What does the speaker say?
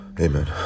Amen